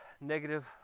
negative